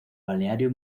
balneario